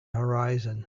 horizon